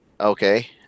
Okay